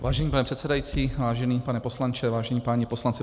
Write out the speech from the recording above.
Vážený pane předsedající, vážený pane poslanče, vážení páni poslanci.